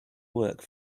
work